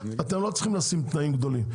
אתם לא צריכים לשים תנאים גדולים.